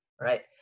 Right